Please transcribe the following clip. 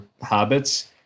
habits